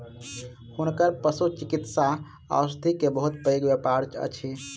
हुनकर पशुचिकित्सा औषधि के बहुत पैघ व्यापार अछि